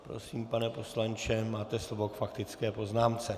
Prosím, pane poslanče, máte slovo k faktické poznámce.